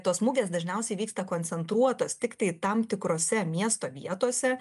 tos mugės dažniausiai vyksta koncentruotos tiktai tam tikrose miesto vietose